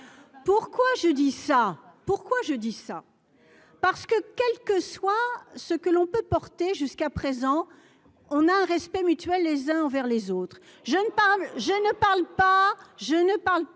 pourquoi je dis ça parce que, quel que soit ce que l'on peut porter jusqu'à présent, on a un respect mutuel, les uns envers les autres, je ne parle, je ne parle pas,